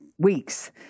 Weeks